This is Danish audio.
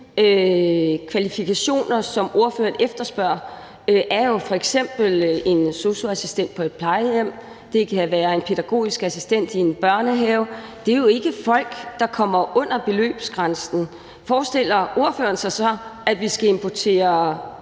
arbejdskraft, som ordføreren efterspørger, jo f.eks. er en sosu-assistent på et plejehjem. Det kan være en pædagogisk assistent i en børnehave. Det er jo ikke folk, der kommer under beløbsgrænsen. Forestiller ordføreren sig så, at vi skal importere